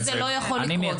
זה לא יכול לקרות.